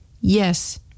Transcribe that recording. Yes